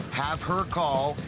have her call.